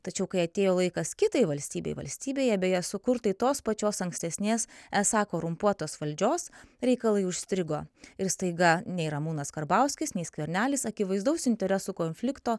tačiau kai atėjo laikas kitai valstybei valstybėje beje sukurtai tos pačios ankstesnės esą korumpuotos valdžios reikalai užstrigo ir staiga nei ramūnas karbauskis nei skvernelis akivaizdaus interesų konflikto